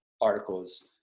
articles